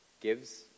gives